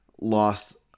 lost